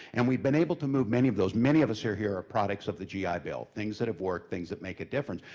and we've been able to move many of those, many of us here here are products of the gi bill. things that have worked, things that make a difference.